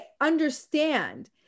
understand